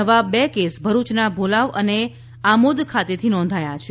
નવાં આ બે કેસ ભરૂચનાં ભોલાવ અને આમોદ ખાતેથી નોંધાયેલા છે